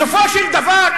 בסופו של דבר,